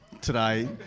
today